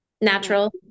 Natural